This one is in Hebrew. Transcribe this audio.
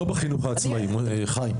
לא בחינוך העצמאי חיים.